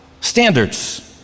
standards